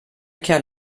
kerl